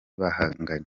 bahanganye